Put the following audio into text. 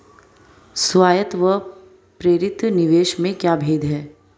स्वायत्त व प्रेरित निवेश में क्या भेद है?